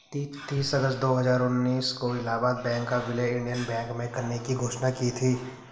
तीस अगस्त दो हजार उन्नीस को इलाहबाद बैंक का विलय इंडियन बैंक में करने की घोषणा की थी